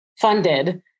funded